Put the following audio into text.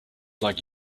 like